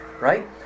right